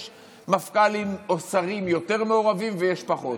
יש מפכ"לים או שרים מעורבים יותר, ויש פחות.